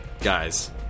Guys